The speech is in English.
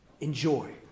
Enjoy